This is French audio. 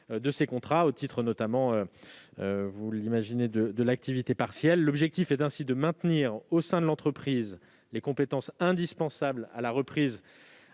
de ces contrats, au titre, notamment, de l'activité partielle. L'objectif est ainsi de maintenir au sein de l'entreprise les compétences indispensables à la reprise